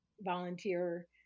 volunteer